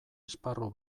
esparru